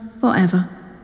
forever